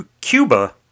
Cuba